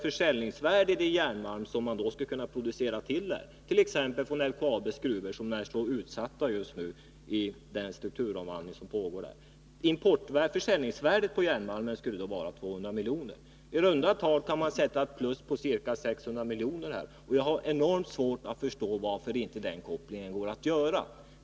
Försäljningsvärdet av den järnmalm som man skulle kunna producera här i landet, t.ex. i LKAB:s gruvor som ingår just i den strukturomvandling som sker där, skulle vara 200 miljoner. I runt tal kan man sätta ett plus på ca 600 miljoner, och jag har enormt svårt att förstå varför inte denna koppling går att göra.